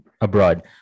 abroad